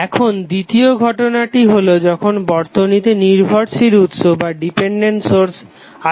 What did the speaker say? এখন দ্বিতীয় ঘটনাটি হলো যখন বর্তনীতে নির্ভরশীল উৎস আছে